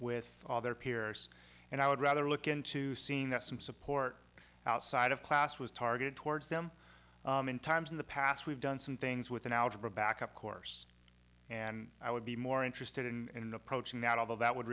with all their peers and i would rather look into seeing that some support outside of class was targeted towards them in times in the past we've done some things with an algebra backup course and i would be more interested in approaching that although that would